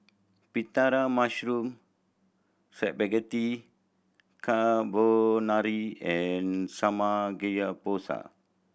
Pita Mushroom Spaghetti Carbonara and Samgyeopsal